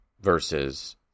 versus